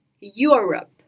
Europe